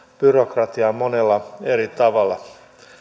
byrokratiaa monella eri tavalla